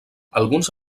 alguns